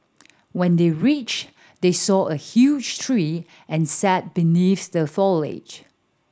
when they reached they saw a huge tree and sat beneath the foliage